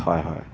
হয় হয়